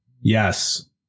Yes